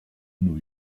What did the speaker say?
new